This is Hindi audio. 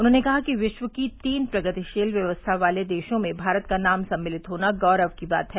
उन्होंने कहा कि विश्व की तीन प्रगतिशील व्यवस्था वाले देशों में भारत का नाम सम्मिलित होना गौरव की बात है